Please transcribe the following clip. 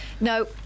No